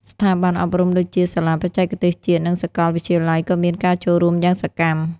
ស្ថាប័នអប់រំដូចជាសាលាបច្ចេកទេសជាតិនិងសាកលវិទ្យាល័យក៏មានការចូលរួមយ៉ាងសកម្ម។